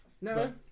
No